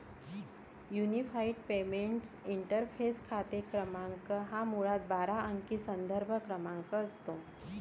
unified payments interface खाते क्रमांक हा मुळात बारा अंकी संदर्भ क्रमांक असतो